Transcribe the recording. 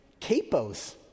capos